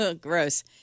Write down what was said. Gross